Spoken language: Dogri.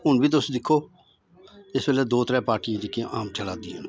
हून बी तुस दिक्खो इस बेल्लै दो त्रै पार्टियां जेह्कियां आम चला दियां न